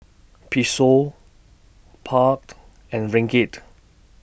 Peso and Ringgit